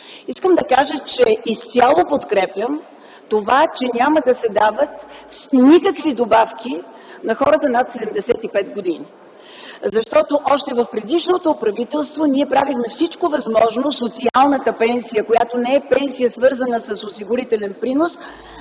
Искам да кажа, че изцяло подкрепям това, че няма да се дават никакви добавки на хората над 75 години, защото още в предишното правителство ние правихме всичко възможно социалната пенсия, която не е пенсия, свързана с осигурителен принос,